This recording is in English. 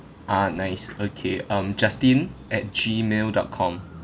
ah nice okay um justin at gmail dot com